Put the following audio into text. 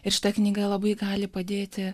ir šita knyga labai gali padėti